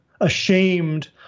ashamed